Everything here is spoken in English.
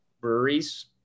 breweries